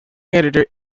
editor